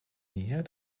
yet